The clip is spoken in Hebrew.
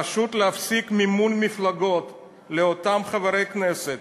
פשוט להפסיק מימון מפלגות לאותם חברי כנסת,